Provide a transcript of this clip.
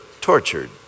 tortured